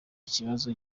kibazo